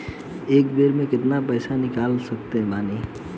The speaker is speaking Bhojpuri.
एक बेर मे केतना पैसा निकाल सकत बानी?